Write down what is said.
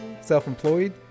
self-employed